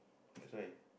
that's why